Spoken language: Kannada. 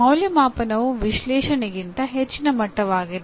ಮೌಲ್ಯಅಂಕಣವು ವಿಶ್ಲೇಷಣೆಗಿಂತ ಹೆಚ್ಚಿನ ಮಟ್ಟವಾಗಿದೆ